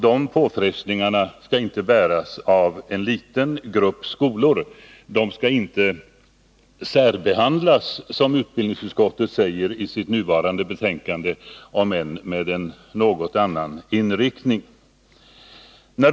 De påfrestningarna skall inte bäras av en liten grupp skolor. De skall inte särbehandlas, som utbildningsutskottet säger i föreliggande betänkande, om än med något annan inriktning.